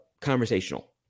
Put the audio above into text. conversational